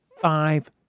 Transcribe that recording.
five